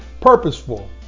purposeful